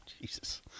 Jesus